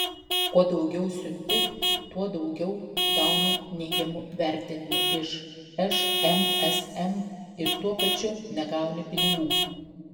kuo daugiau siunti tuo daugiau gauni neigiamų vertinimų iš šmsm ir tuo pačiu negauni pinigų